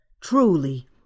Truly